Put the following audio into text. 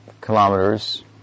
kilometers